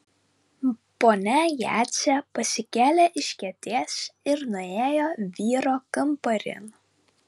ponia jadzė pasikėlė iš kėdės ir nuėjo vyro kambarin